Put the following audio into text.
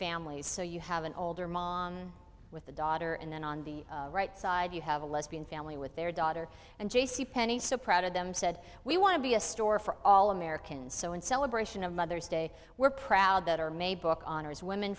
families so you have an older mom with a daughter and then on the right side you have a lesbian family with their daughter and j c penney so proud of them said we want to be a store for all americans so in celebration of mother's day we're proud that our may book honors women